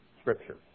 Scripture